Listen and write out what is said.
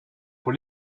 pour